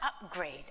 upgrade